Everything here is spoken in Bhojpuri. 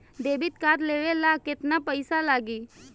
डेबिट कार्ड लेवे ला केतना पईसा लागी?